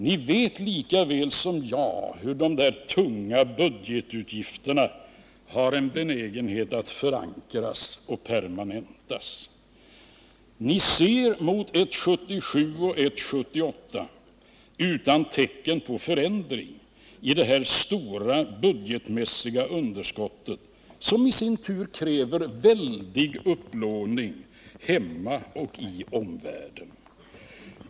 Ni vet lika väl som jag hur de tunga budgetutgifterna har en benägenhet att förankras och permanentas. Ni ser mot ett 1977 och ett 1978 utan tecken på förändring i detta vårt stora budgetmässiga underskott, som i sin tur kräver den väldiga upplåningen i omvärlden.